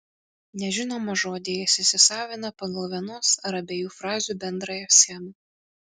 nežinomą žodį jis įsisavina pagal vienos ar abiejų frazių bendrąją schemą